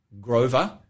Grover